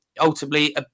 ultimately